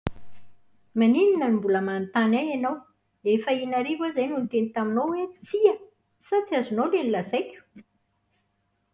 Maninona no mbola manontany ahy ianao? Efa in’arivo aho izay no niteny hoe tsia! Sa tsy azonao ilay nolazaiko?